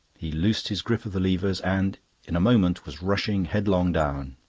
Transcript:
he loosed his grip of the levers, and in a moment was rushing headlong down.